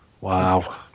wow